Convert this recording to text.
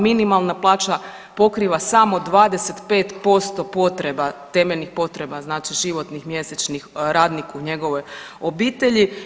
Minimalna plaća pokriva samo 25% potreba, temeljnih potreba, znači životnih mjesečnih radnik u njegovoj obitelji.